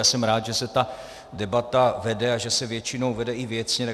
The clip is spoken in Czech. Já jsem rád, že se ta debata vede a že se většinou vede i věcně.